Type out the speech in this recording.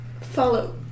Follow